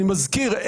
אני מזכיר,